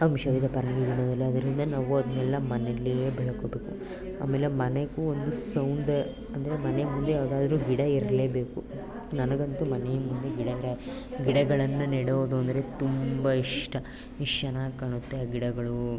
ಅಂಶ ಇದೆ ಪರಂಗಿ ಅದರಿಂದ ನಾವು ಅದನ್ನೆಲ್ಲ ಮನೆಲ್ಲಿಯೇ ಬೆಳ್ಕೊಬೇಕು ಆಮೇಲೆ ಮನೆಗೂ ಒಂದು ಸೌಂಡ್ ಅಂದರೆ ಮನೆ ಮುಂದೆ ಯಾವುದಾದ್ರು ಗಿಡ ಇರಲೇಬೇಕು ನನಗಂತೂ ಮನೆ ಮುಂದೆ ಗಿಡಗಳನ್ನು ನೆಡೋದು ಅಂದರೆ ತುಂಬ ಇಷ್ಟ ಎಷ್ಟು ಚೆನ್ನಾಗಿ ಕಾಣುತ್ತೆ ಆ ಗಿಡಗಳು